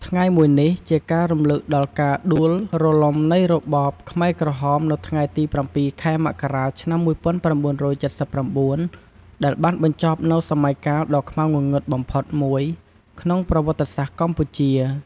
ថ្ងៃមួយនេះជាការរំលឹកដល់ការដួលរលំនៃរបបខ្មែរក្រហម នៅថ្ងៃទី៧ ខែមករា ឆ្នាំ១៩៧៩ ដែលបានបញ្ចប់នូវសម័យកាលដ៏ខ្មៅងងឹតបំផុតមួយក្នុងប្រវត្តិសាស្ត្រកម្ពុជា។